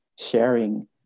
sharing